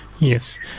Yes